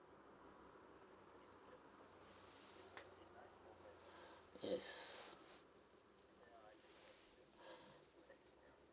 yes